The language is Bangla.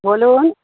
বলুন